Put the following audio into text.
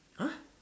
!huh!